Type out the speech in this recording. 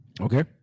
okay